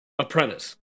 Apprentice